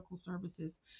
services